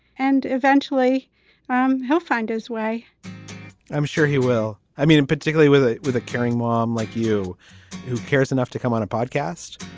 and eventually um he'll find his way i'm sure he will. i mean, and particularly with with a caring mom like you who cares enough to come on a podcast.